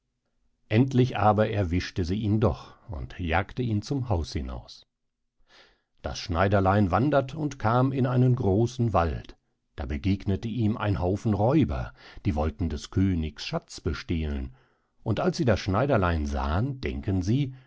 endlich aber erwischte sie ihn doch und jagte ihn zum haus hinaus das schneiderlein wandert und kam in einen großen wald da begegnete ihm ein haufen räuber die wollten des königs schatz bestehlen und als sie das schneiderlein sehen denken sie